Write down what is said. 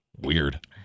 Weird